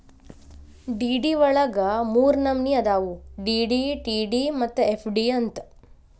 DD ವಳಗ ಮೂರ್ನಮ್ನಿ ಅದಾವು ಡಿ.ಡಿ, ಟಿ.ಡಿ ಮತ್ತ ಎಫ್.ಡಿ ಅಂತ್